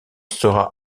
sera